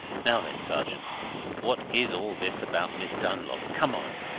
now then, sergeant what is all this about miss dunlop? come on!